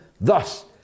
thus